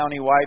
countywide